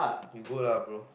you good lah bro